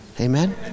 Amen